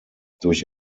durch